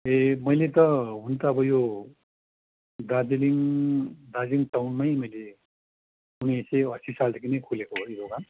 ए मैले त हुन त अब यो दार्जिलिङ दार्जिलिङ टाउनमै मैले उन्नाइस सय अस्सी सालदेखि नै खुलेको हो दोकान